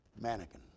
Mannequin